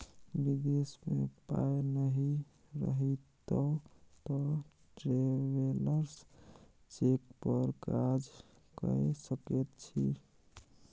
विदेश मे पाय नहि रहितौ तँ ट्रैवेलर्स चेक पर काज कए सकैत छी